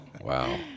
wow